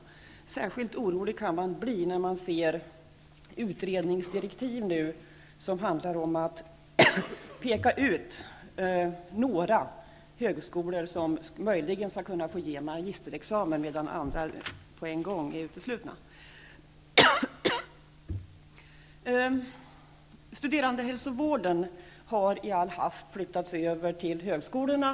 Särskilt orolig kan man bli när man ser utredningsdirektiv som handlar om att peka ut några högskolor som möjligen skall kunna få ge magisterexamen medan andra med en gång är uteslutna. Studerandehälsovården har i all hast flyttats över till högskolorna.